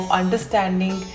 understanding